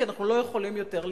כי אנחנו לא יכולים יותר לשרוד.